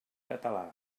català